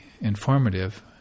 informative